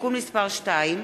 (תיקון מס' 2)